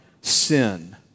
sin